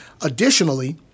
Additionally